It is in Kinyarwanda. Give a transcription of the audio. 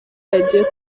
radiyo